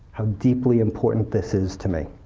how deeply important this is to me.